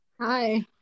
Hi